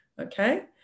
okay